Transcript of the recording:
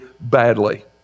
badly